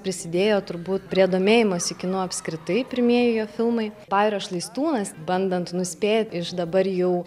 prisidėjo turbūt prie domėjimosi kinu apskritai pirmieji jo filmai pajūrio šlaistūnas bandant nuspė iš dabar jau